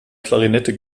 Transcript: klarinette